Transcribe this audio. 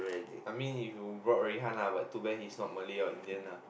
I mean if you brought Rui-Han lah but too bad he is not Malay or Indian ah